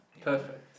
Perfect